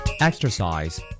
Exercise